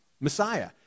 Messiah